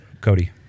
Cody